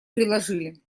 приложили